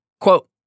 Quote